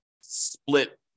split